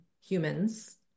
humans